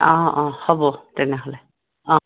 অঁ অঁ হ'ব তেনেহ'লে অঁ